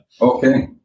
Okay